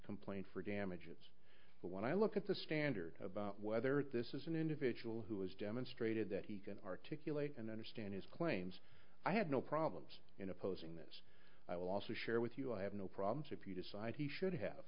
complaint for damages but when i look at the standard about whether this is an individual who has demonstrated that he can articulate and understand his claims i had no problems in opposing this i will also share with you i have no problems if you decide he should have